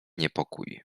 niepokój